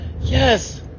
Yes